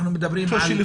אני חושב שגם